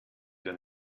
der